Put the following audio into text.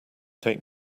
take